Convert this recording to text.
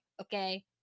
okay